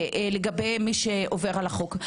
לגבי מי שעובר על החוק.